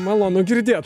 malonu girdėt